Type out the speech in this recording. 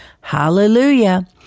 Hallelujah